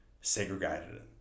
segregated